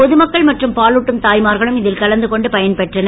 பொதுமக்கள் மற்றும் பாலூட்டும் தாய்மார்களும் இதில் கலந்து கொண்டு பயன்பெற்றனர்